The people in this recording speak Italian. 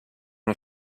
uno